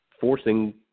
forcing